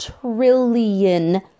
Trillion